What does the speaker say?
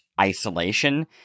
isolation